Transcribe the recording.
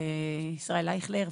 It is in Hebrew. ישראל אייכלר,